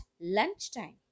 lunchtime